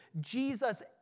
Jesus